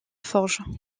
forges